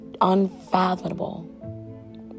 unfathomable